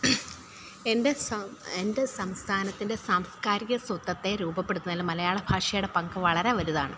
എൻ്റെ എൻ്റെ സംസഥാനത്തിൻ്റെ സാംസ്കാരിക സ്വത്വത്തെ രൂപപ്പെടുത്തുന്നതിൽ മലയാള ഭാഷയുടെ പങ്ക് വളരെ വലുതാണ്